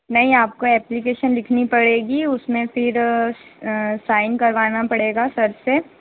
नहीं आपको एप्लिकेशन लिखनी पड़ेगी इसमें फिर साइन करवाना पड़ेगा सर से